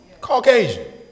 Caucasian